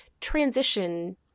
transition